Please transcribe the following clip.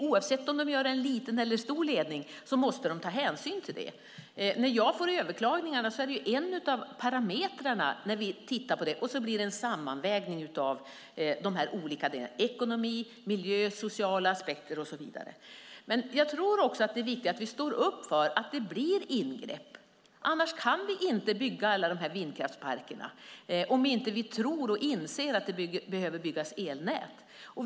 Oavsett om de drar en liten eller en stor ledning måste de ta hänsyn till det. När jag får överklagningarna är det en av parametrarna när vi tittar på ärendet. Sedan blir det en sammanvägning av de olika delarna, ekonomi, miljö, sociala aspekter och så vidare. Jag tror också att det är viktigt att vi står upp för att det blir ingrepp. Vi kan inte bygga alla de här vindkraftsparkerna om vi inte tror och inser att det behöver byggas elnät.